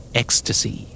ecstasy